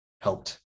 helped